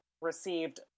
received